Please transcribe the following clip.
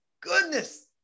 goodness